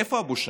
איפה הבושה?